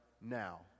now